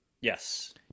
Yes